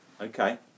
okay